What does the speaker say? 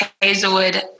Hazelwood